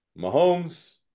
Mahomes